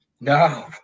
no